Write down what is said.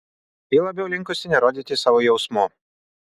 ji labiau linkusi nerodyti savo jausmų